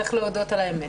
צריך להודות על האמת.